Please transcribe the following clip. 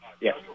Yes